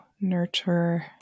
nurture